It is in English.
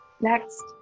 Next